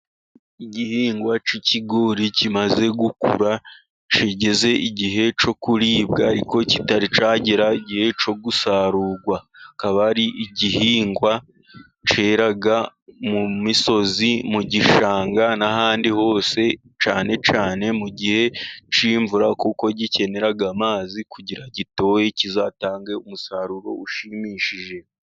Igihingwa cy'ikigori kimaze gukura, kigeze igihe cyo kuribwa ariko kitari cyagera igihe cyo gusarurwa. Akaba ari igihingwa cyera mu misozi, mu gishanga n'ahandi hose, cyane cyane mu gihe cy'imvura, kuko gikenera amazi kugira gitohe kizatange umusaruro ushimishije.